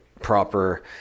proper